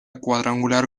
cuadrangular